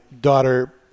daughter